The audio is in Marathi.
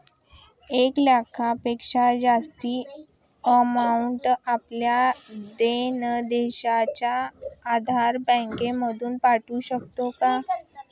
एक लाखापेक्षा जास्तची अमाउंट आपण धनादेशच्या आधारे बँक मधून पाठवू शकतो का?